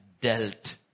dealt